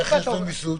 איך יש להם ויסות?